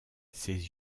ses